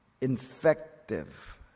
infective